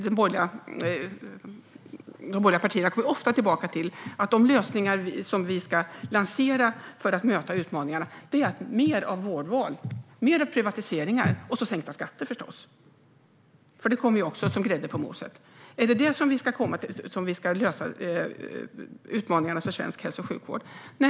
De borgerliga partierna kommer ofta tillbaka till att de lösningar som vi ska lansera för att möta utmaningarna är mer av vårdval, mer av privatiseringar - och sänkta skatter, förstås. Det kommer ju som grädde på moset. Är det detta vi ska lösa utmaningar för svensk hälso och sjukvård med?